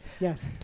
Yes